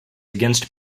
against